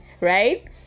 right